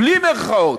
בלי מירכאות.